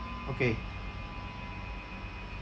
okay